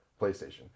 PlayStation